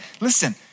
listen